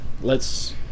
let's-